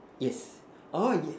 yes orh yeah